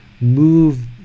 move